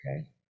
okay